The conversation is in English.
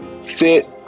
sit